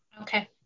Okay